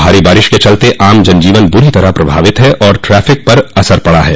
भारी बारिश के चलते आम जनजीवन बुरी तरह प्रभावित है और ट्रेफिक पर असर पड़ा है